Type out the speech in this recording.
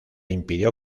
impidió